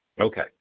Okay